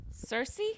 cersei